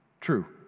True